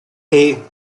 hey